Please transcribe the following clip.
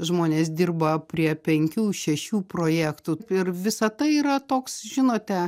žmonės dirba prie penkių šešių projektų ir visa tai yra toks žinote